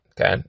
okay